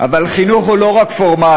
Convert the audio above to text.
אבל חינוך הוא לא רק פורמלי,